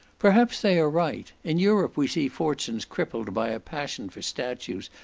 perhaps they are right. in europe we see fortunes crippled by a passion for statues,